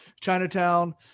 chinatown